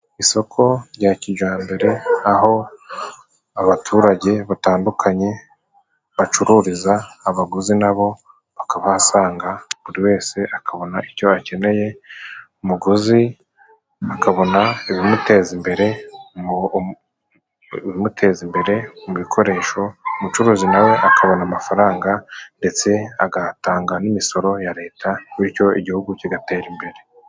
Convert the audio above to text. Isoko rya kijambere， aho abaturage batandukanye bacururiza， abaguzi nabo bakabahasanga， buri wese akabona icyo akeneye，umuguzi akabona ibimuteza imbere mu bikoresho， umucuruzi nawe akabona amafaranga， ndetse agatanga n'imisoro ya Leta，bityo igihugu kigatera imbere.